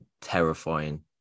terrifying